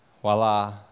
voila